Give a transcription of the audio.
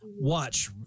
Watch